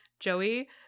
joey